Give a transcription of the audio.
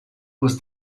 was